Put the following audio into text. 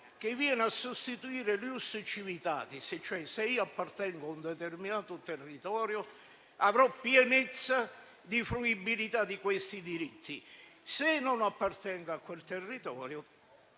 che viene a sostituire lo *ius civitatis*. Cioè, se io appartengo a un determinato territorio, avrò pienezza di fruibilità di questi diritti; se non appartengo a quel territorio,